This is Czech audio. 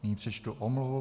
Nyní přečtu omluvu.